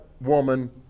woman